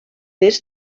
est